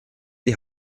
die